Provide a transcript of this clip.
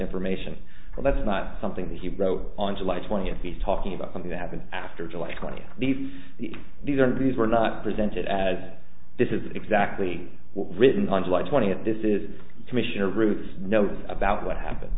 information for that's not something that he wrote on july twentieth he's talking about something that happened after july twenty these these are these were not presented as this is exactly what was written on july twentieth this is commissioner ruth's notice about what happened